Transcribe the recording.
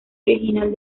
original